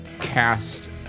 cast